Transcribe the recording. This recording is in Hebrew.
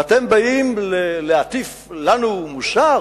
ואתם באים להטיף לנו מוסר?